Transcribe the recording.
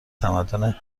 تمدن